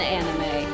anime